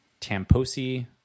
Tamposi